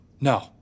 no